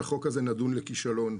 החוק הזה נדון לכישלון.